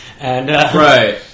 Right